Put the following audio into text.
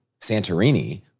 Santorini